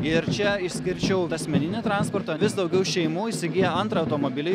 ir čia išskirčiau asmeninį transportą vis daugiau šeimų įsigija antrą automobilį